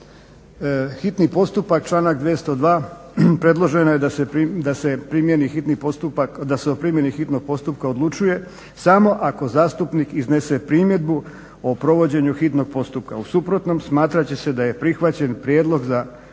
Hitni postupak, članak 202. predloženo je da se o primjeni hitnog postupka odlučuje samo ako zastupnik iznese primjedbu o provođenju hitnog postupka. U suprotnom smatrat će se da je prihvaćen prijedlog za